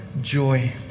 joy